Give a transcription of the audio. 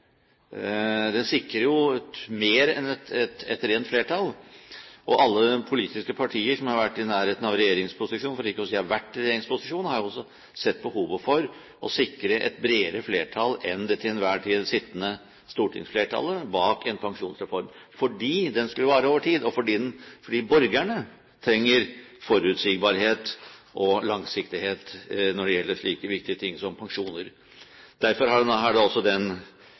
Den sikrer mer enn et rent flertall, og alle politiske partier som har vært i nærheten av regjeringsposisjon, for ikke å si har vært i regjeringsposisjon, har også sett behovet for å sikre et bredere flertall enn det til enhver tid sittende stortingsflertallet bak en pensjonsreform, fordi den skulle vare over tid, og fordi borgerne trenger forutsigbarhet og langsiktighet når det gjelder slike viktige ting som pensjoner. Derfor er da også den